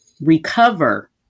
recover